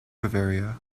bavaria